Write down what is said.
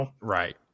Right